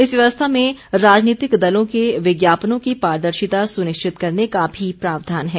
इस व्यवस्था में राजनीतिक दलों के विज्ञापनों की पारदर्शिता सुनिश्चित करने का भी प्रावधान है